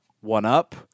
one-up